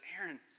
Aaron